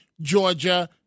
Georgia